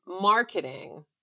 marketing